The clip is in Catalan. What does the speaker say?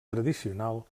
tradicional